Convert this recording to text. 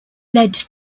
led